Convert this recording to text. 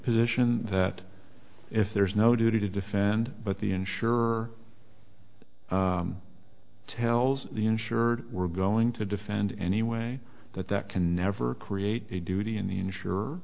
position that if there is no duty to defend but the insurer tells the insured we're going to defend anyway that that can never create a duty in the insure